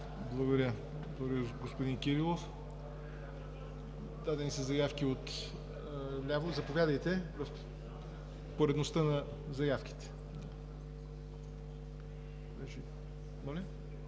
Благодаря, господин Кирилов. Дадени са заявки отляво, но – заповядайте, по поредността на заявките. (Шум